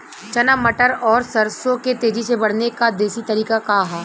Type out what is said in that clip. चना मटर और सरसों के तेजी से बढ़ने क देशी तरीका का ह?